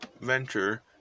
venture